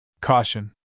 Caution